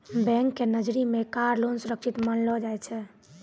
bank के नजरी मे कार लोन सुरक्षित मानलो जाय छै